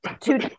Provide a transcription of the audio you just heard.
two